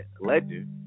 legend